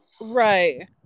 Right